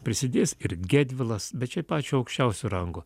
prisidės ir gedvilas bet čia pačio aukščiausio rango